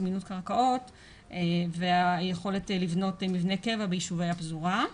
זמינות קרקעות והיכולת לבנות מבני קבע ביישובי הפזורה.